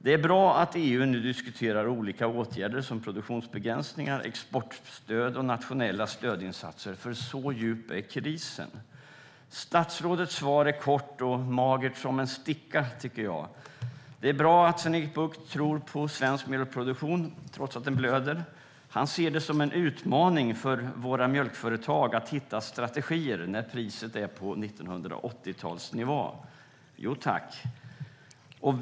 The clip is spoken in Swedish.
Det är bra att EU nu diskuterar olika åtgärder, som produktionsbegränsningar, exportstöd och nationella stödinsatser, för så djup är krisen. Statsrådets svar är kort och magert som en sticka, tycker jag. Det är bra att Sven-Erik Bucht tror på svensk mjölkproduktion, trots att den blöder. Han ser det som "en utmaning för våra mjölkföretag att hitta strategier" när priset är på 1980-talsnivå. Jo tack!